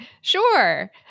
sure